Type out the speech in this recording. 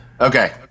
Okay